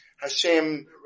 Hashem